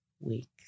week